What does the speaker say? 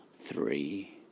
three